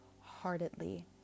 heartedly